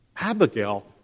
Abigail